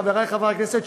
חברי חברי הכנסת,